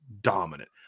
dominant